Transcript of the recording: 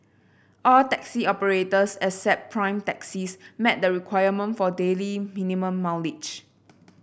all taxi operators except Prime Taxis met the requirement for daily minimum mileage